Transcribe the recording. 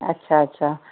अच्छा अच्छा